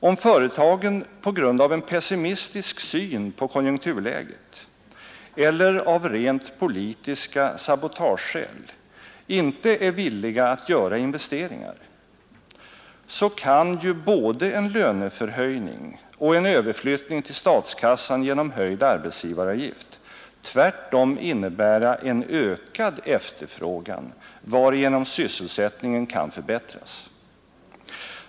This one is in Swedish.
Om företagen på grund av en pessimistisk syn på konjunkturläget eller av rent politiska sabotageskäl inte är villiga att göra investeringar, så kan ju både en löneförhöjning och en överflyttning till statskassan genom höjd arbetsgivaravgift tvärtom innebära en ökad efterfrågan, varigenom sysselsättningen kan förbättras.